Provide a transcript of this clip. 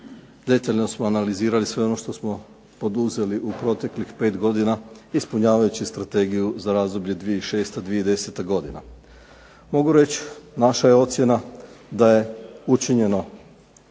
detaljno smo analizirali sve ono što smo poduzeli u proteklih pet godina ispunjavajući Strategiju za razdoblje 2006./2010. godina. Mogu reći naša je ocjena da je učinjeno